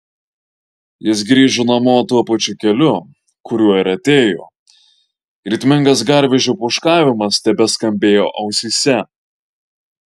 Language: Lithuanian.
jis grįžo namo tuo pačiu keliu kuriuo ir atėjo ritmingas garvežio pūškavimas tebeskambėjo ausyse